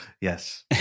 Yes